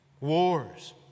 wars